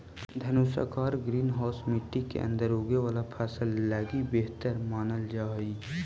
धनुषाकार greenhouse मट्टी के अंदर उगे वाला फसल लगी बेहतर मानल जा हइ